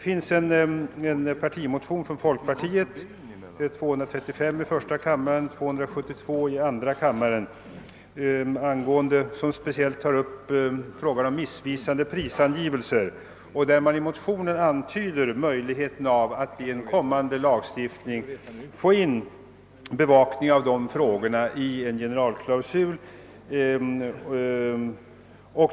Från folkpartiet föreligger motionsparet I: 235 och II: 272, som speciellt tar upp frågan om missvisande prisangivelser. I motionsparet antydes möjligheten av att i en kommande lagstiftning få in bevakning av dessa frågor i en generalklausul.